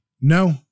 no